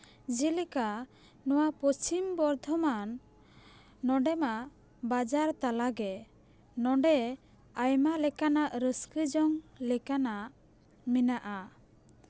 ᱡᱮᱞᱮᱠᱟ ᱱᱚᱣᱟ ᱯᱚᱥᱪᱤᱢ ᱵᱚᱨᱫᱷᱚᱢᱟᱱ ᱱᱚᱸᱰᱮ ᱢᱟ ᱵᱟᱡᱟᱨ ᱛᱟᱞᱟᱜᱮ ᱱᱚᱸᱰᱮ ᱟᱭᱢᱟ ᱞᱮᱠᱟᱱᱟᱜ ᱨᱟᱹᱥᱠᱟᱹ ᱡᱚᱝ ᱞᱮᱠᱟᱱᱟᱜ ᱢᱮᱱᱟᱜᱼᱟ